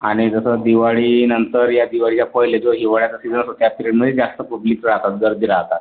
आणि जसं दिवाळीनंतर या दिवाळीच्या पहिले जो हिवाळ्याचा सीझन असतो त्या पिरेडमध्ये जास्त पब्लिक राहतात गर्दी राहतात